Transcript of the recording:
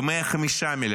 ב-105 מיליארד.